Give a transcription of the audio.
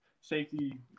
safety